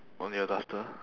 on your duster